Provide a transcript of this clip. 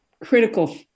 critical